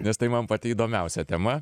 nes tai man pati įdomiausia tema